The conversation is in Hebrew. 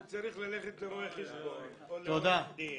הוא צריך ללכת לרואה חשבון או לעורך דין,